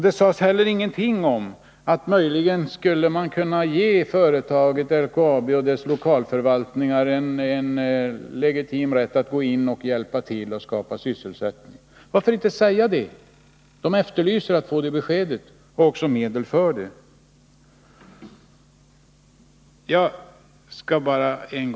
Det sades heller ingenting om att man möjligen skulle kunna ge företaget LKAB och dess lokalförvaltning en legitim rätt att gå in och hjälpa till att skapa sysselsättning. Varför inte säga det? Jag efterlyser besked och medel för att genomföra detta.